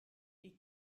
est